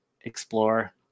explore